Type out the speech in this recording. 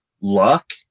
luck